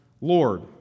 Lord